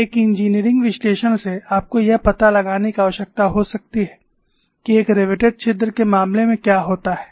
एक इंजीनियरिंग विश्लेषण से आपको यह पता लगाने की आवश्यकता हो सकती है कि एक रिवेटेड छिद्र के मामले में क्या होता है